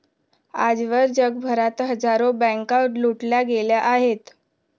आजवर जगभरात हजारो बँका लुटल्या गेल्या आहेत